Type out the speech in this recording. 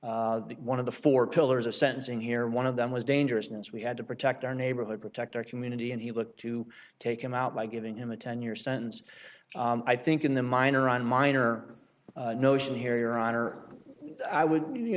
one of the four pillars of sentencing here one of them was dangerousness we had to protect our neighborhood protect our community and he looked to take him out by giving him a ten year sentence i think in the minor on minor notion here your honor i would you